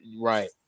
right